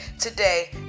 today